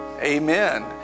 Amen